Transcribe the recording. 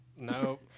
No